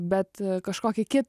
bet kažkokį ki